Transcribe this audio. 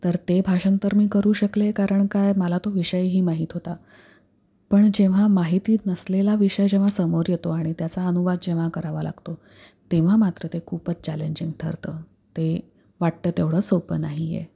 तर ते भाषण तर मी करू शकले कारण काय मला तो विषयही माहीत होता पण जेव्हा माहितीत नसलेला विषय जेव्हा समोर येतो आणि त्याचा अनुवाद जेव्हा करावा लागतो तेव्हा मात्र ते खूपच चॅलेंजिंग ठरतं ते वाटतं तेवढं सोपं नाही आहे